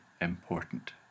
important